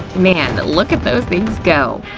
man, but look at those things go!